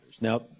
Now